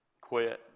quit